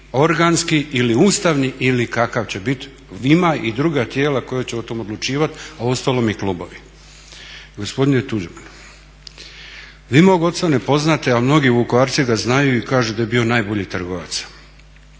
organski ili ustavni ili kakav će biti. Ima i druga tijela koja će o tome odlučivati, a uostalom i klubovi. Gospodine Tuđman, vi mog oca ne poznate ali mnogi Vukovarci ga znaju i kažu da je bio najbolji trgovac.